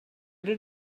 did